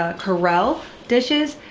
ah corelle dishes.